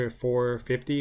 450